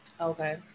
Okay